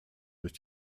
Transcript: durch